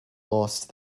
lost